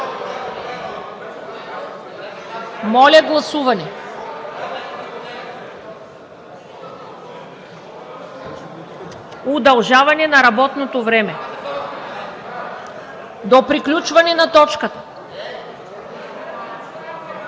Моля, гласуваме удължаване на работното време до приключване на точката.